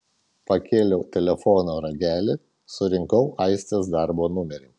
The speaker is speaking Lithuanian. pakėliau telefono ragelį surinkau aistės darbo numerį